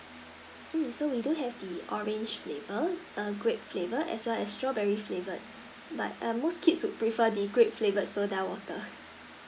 mm so we do have the orange label a grape flavour as well as strawberry flavoured but um most kids would prefer the grape flavoured soda water